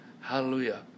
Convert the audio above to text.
Hallelujah